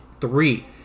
Three